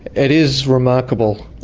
it is remarkable.